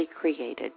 created